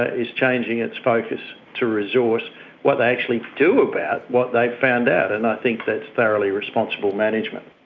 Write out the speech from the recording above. ah is changing its focus to resource what they actually do about what they've found out, and i think that's thoroughly responsible management.